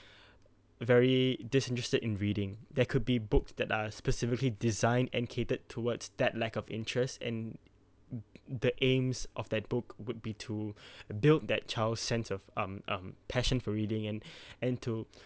very disinterested in reading there could be books that are specifically designed and catered towards that lack of interest in the aims of that book would be to build that child's sense of um um passion for reading and and to